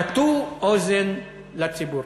תטו אוזן לציבור.